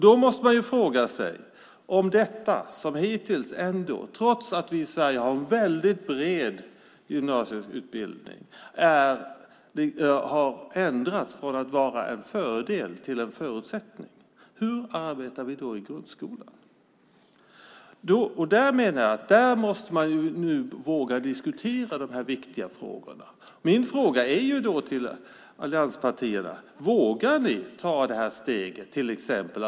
Då måste man fråga sig hur vi arbetar i grundskolan om det, trots att vi i Sverige har en väldigt bred gymnasieutbildning, har ändrats från att vara en fördel till att vara en förutsättning. Vi måste nu våga diskutera de här viktiga frågorna. Min fråga till allianspartierna är: Vågar ni ta steget att avskaffa timplanen till exempel?